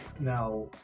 Now